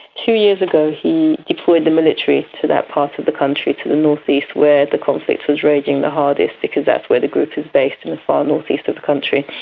two years ago he deployed the military to that part of the country, to the north-east where the conflict was raging the hardest, because that's where the group is based, in the far north-east of the country,